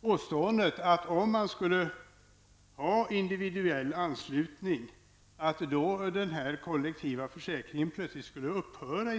Påståendet att om man skulle ha individuell anslutning så skulle de kollektiva försäkringarna plötsligt upphöra